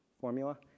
Formula